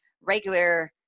regular